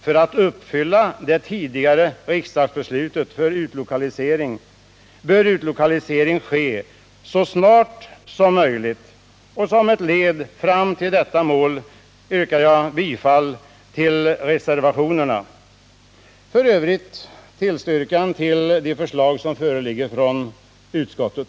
För att uppfylla det tidigare riksdagsbeslutet bör utlokaliseringen ske så snart som möjligt. Som ett led fram till detta mål yrkar jag bifall till reservationerna och i övrigt till de förslag som föreligger från utskottet.